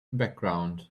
background